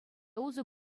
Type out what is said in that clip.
усӑ